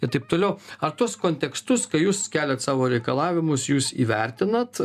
ir taip toliau ar tuos kontekstus kai jūs keliat savo reikalavimus jūs įvertinat